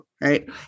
right